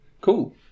Cool